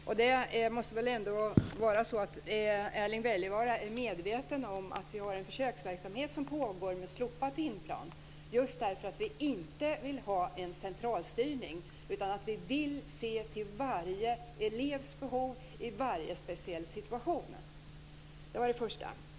Erling Wälivaara måste väl ändå vara medveten om att vi har en försöksverksamhet som pågår med slopad timplan, just därför att vi inte vill ha en centralstyrning utan att vi vill se till varje elevs behov i varje speciell situation.